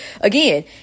again